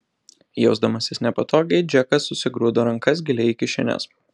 jausdamasis nepatogiai džekas susigrūdo rankas giliai į kišenes